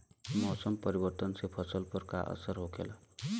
मौसम परिवर्तन से फसल पर का असर होखेला?